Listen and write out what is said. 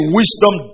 wisdom